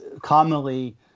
commonly